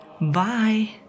Bye